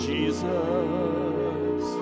Jesus